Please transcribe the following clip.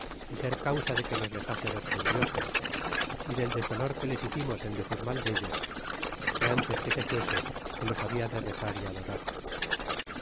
é ser causa de que nos dexase ver sus dioses é del deshonor que les hicimos en decir mal dellos que antes que se fuese que los habla de rezar é adorar